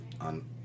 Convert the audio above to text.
on